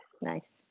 Nice